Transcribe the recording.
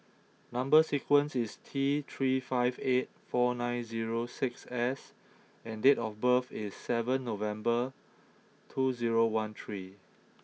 number sequence is T three five eight four nine zero six S and date of birth is seven November two zero one three